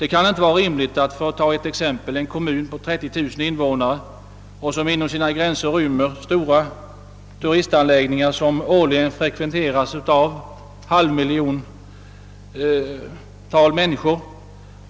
Det kan inte vara rimligt — för att ta ett exempel — att en kommun på 30 000 invånare, som inom sina gränser rymmer stora turistanläggningar, vilka årligen frekventeras av kanske en halv miljon människor,